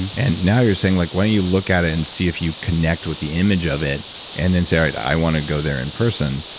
and and now you're saying like, why don't you look at it and see if you connect with the image of it and then say, all right, i want to go there in person.